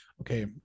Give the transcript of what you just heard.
Okay